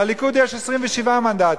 לליכוד יש 27 מנדטים,